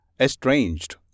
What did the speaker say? estranged